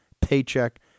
paycheck